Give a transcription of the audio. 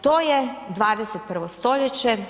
To je 21. stoljeće.